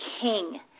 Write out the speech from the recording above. King